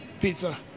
pizza